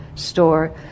store